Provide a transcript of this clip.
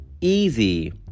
easy